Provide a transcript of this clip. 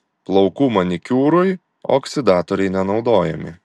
plaukų manikiūrui oksidatoriai nenaudojami